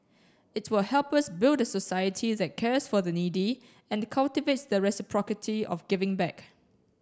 it will help us build a society that cares for the needy and cultivate the reciprocity of giving back